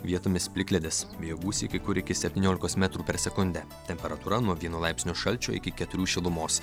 vietomis plikledis vėjo gūsiai kai kur iki septyniolikos metrų per sekundę temperatūra nuo vieno laipsnio šalčio iki keturių šilumos